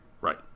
Right